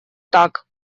так